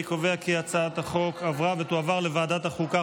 אני קובע כי הצעת החוק עברה ותועבר לוועדת החוקה,